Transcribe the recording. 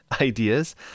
ideas